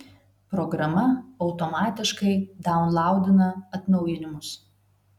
programa automatiškai daunlaudina atnaujinimus